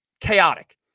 chaotic